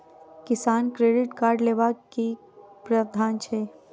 किसान credit card लेबाक की प्रावधान छै?